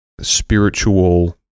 spiritual